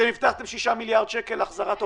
אתם הבטחתם 6 מיליארד שקל להחזרת עובדים.